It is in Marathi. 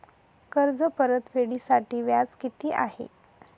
कर्ज परतफेडीसाठी व्याज किती आहे?